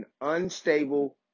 unstable